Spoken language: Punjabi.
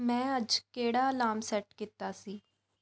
ਮੈਂ ਅੱਜ ਕਿਹੜਾ ਅਲਾਰਮ ਸੈੱਟ ਕੀਤਾ ਸੀ